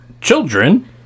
children